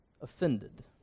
offended